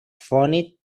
phonetic